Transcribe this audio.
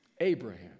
Abraham